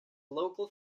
local